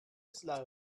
slow